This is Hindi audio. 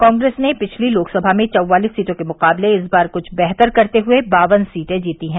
कांग्रेस ने पिछली लोकसमा में चौवालिस सीटों के मुकाबले इस बार कुछ बेहतर करते हुए बावन सीटें जीती हैं